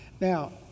Now